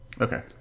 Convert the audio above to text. Okay